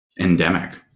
endemic